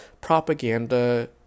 propaganda